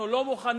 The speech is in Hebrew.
אנחנו לא מוכנים,